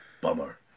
Bummer